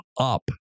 up